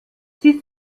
sie